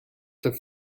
the